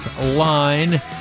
Line